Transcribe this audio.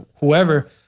whoever